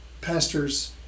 pastors